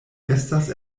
estas